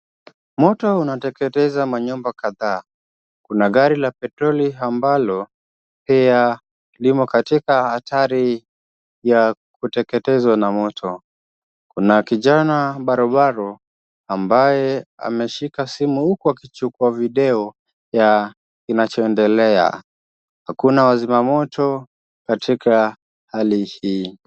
Moto unateketeza manyumba kadha, kuna gari la petroli ambalo pia limo katika hatari ya kuteketezwa na moto, kuna kijana barubaru ambaye ameshika simu huku akichuka video ya kinachoendelea, hakuna wazima moto katika hali hii.